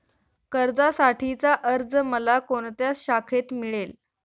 कर्जासाठीचा अर्ज मला कोणत्या शाखेत मिळेल?